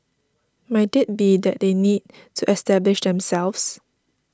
might it be that they need to establish themselves